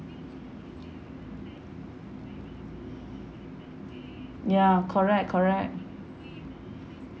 ya correct correct